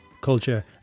Culture